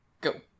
Go